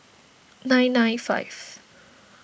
nine nine five